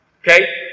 okay